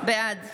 בעד